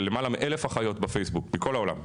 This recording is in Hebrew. של למעלה מ-1000 אחיות בפייסבוק מכל העולם,